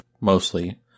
mostly